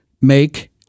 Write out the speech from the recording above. make